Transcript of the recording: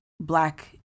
black